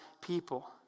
people